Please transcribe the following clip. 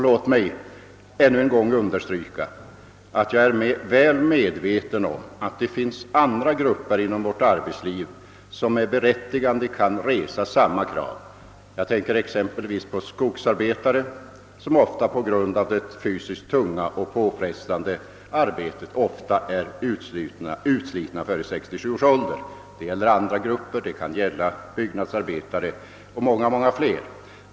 Låt mig ännu en gång understryka att jag är väl medveten om att det finns andra grupper inom vårt arbetsliv som med berättigande kan resa samma krav; jag tänker exempelvis på skogsarbetarna som på grund av det fysiskt tunga och påfrestande arbetet ofta är utslitna före 67 år. Det gäller även andra grupper. Det kan gälla byggnadsarbetare och många flera.